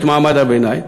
את מעמד הביניים,